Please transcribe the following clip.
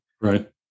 Right